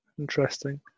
Interesting